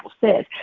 says